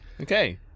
Okay